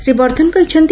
ଶ୍ରୀ ବର୍ଦ୍ଧନ କହିଛନ୍ତି